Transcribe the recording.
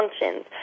functions